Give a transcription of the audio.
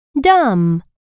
dumb